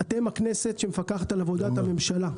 אתם הכנסת, שמפקחת על עבודת הממשלה.